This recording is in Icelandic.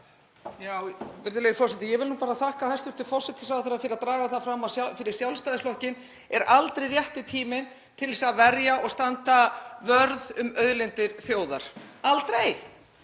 Virðulegi forseti. Ég vil nú bara þakka hæstv. forsætisráðherra fyrir að draga það fram að fyrir Sjálfstæðisflokkinn er aldrei rétti tíminn til að verja og standa vörð um auðlindir þjóðar. Aldrei.